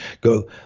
Go